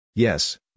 Yes